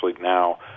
now